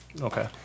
Okay